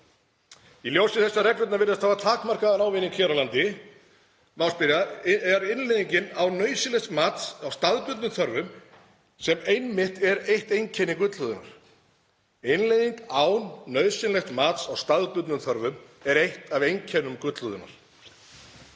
Í ljósi þess að reglurnar virðast hafa takmarkaðan ávinning hér á landi má spyrja: Er þetta innleiðing án nauðsynlegs mats á staðbundnum þörfum, sem einmitt er eitt einkenni gullhúðunar? Innleiðing án nauðsynlegs mats á staðbundnum þörfum er eitt af einkennum gullhúðunar.